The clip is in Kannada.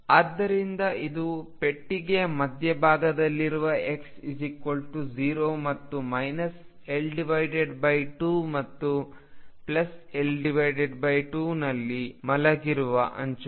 ಆದ್ದರಿಂದ ಇದು ಪೆಟ್ಟಿಗೆಯ ಮಧ್ಯಭಾಗದಲ್ಲಿರುವ x 0 ಮತ್ತು L2 ಮತ್ತು L2 ನಲ್ಲಿ ಮಲಗಿರುವ ಅಂಚುಗಳು